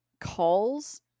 calls